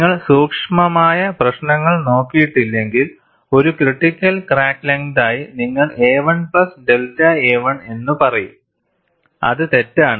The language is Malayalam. നിങ്ങൾ സൂക്ഷ്മമായ പ്രശ്നങ്ങൾ നോക്കിയിട്ടില്ലെങ്കിൽ ഒരു ക്രിട്ടിക്കൽ ക്രാക്ക് ലെങ്തായി നിങ്ങൾ a1 പ്ലസ് ഡെൽറ്റ a1 എന്ന് പറയും അത് തെറ്റാണ്